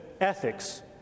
ethics